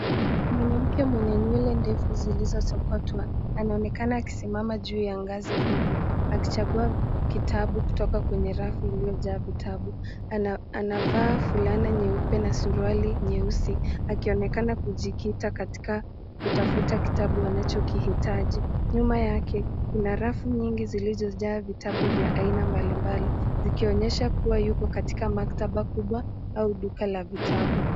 Mwanamke mwenye nywele ndefu zilizosokotwa anaonekana akisimama juu ya ngazi fupi, akichagua kitabu kutoka kwenye rafu iliyojaa vitabu , anavaa fulana nyeupe na suruali nyeusi akionekana kujikita katika kutafuta kitabu anachokihitaji . Nyuma yake kuna rafu nyingi zilizojaa vitabu vya aina mbalimbali ikionyesha kuwa yuko katika maktaba kubwa au duka la vitabu.